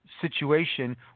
situation